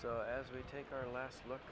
so as we take our last look